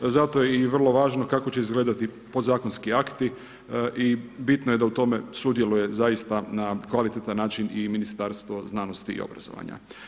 Zato je i vrlo važno kako će izgledati podzakonski akti i bitno je da u tome sudjeluje zaista na kvalitetan način i Ministarstvo znanosti i obrazovanja.